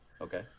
okay